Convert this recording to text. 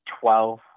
twelve